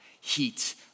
heat